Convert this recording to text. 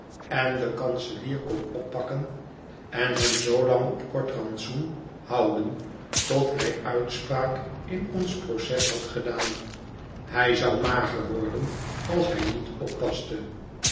en den kanselier kon oppakken en hem zoolang op kort rantsoen houden tot hij uitspraak in ons proces had gedaan hij zou mager worden als hij niet oppaste